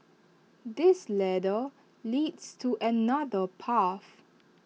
this ladder leads to another path